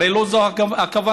הרי לא זו הכוונה.